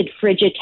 frigid